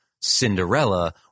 Cinderella